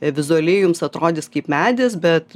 vizualiai jums atrodys kaip medis bet